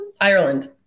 ireland